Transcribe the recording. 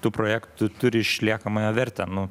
tų projektų turi išliekamąją vertę nu